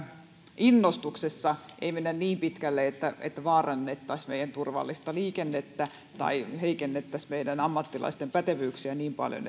innostuksessa ei mennä niin pitkälle että että vaarannettaisiin meidän turvallista liikennettä tai heikennettäisiin meidän ammattilaisten pätevyyksiä niin paljon